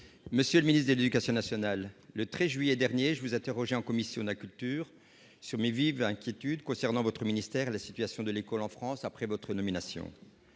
Monsieur le ministre de l'éducation nationale et de la jeunesse, le 13 juillet dernier, je vous interrogeais en commission de la culture sur mes vives inquiétudes concernant votre ministère et la situation de l'école en France après votre nomination.